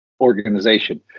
organization